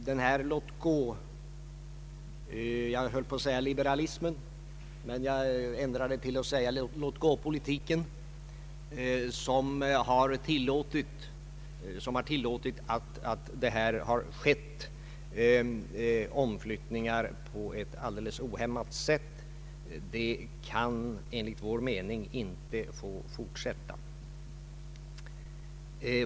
Denna låtgåpolitik — jag höll på att säga låtgåliberalism — som har tillåtit att om flyttningar skett på ett alldeles ohämmat sätt kan enligt vår mening inte få fortsätta.